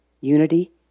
unity